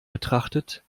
betrachtet